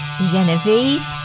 Genevieve